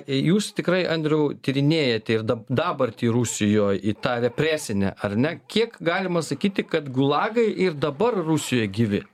jūs tikrai andriau tyrinėjate ir da dabartį rusijoj į tą represinę ar ne kiek galima sakyti kad gulagai ir dabar rusijoj gyvi